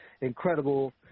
incredible